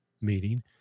meeting